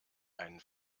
einen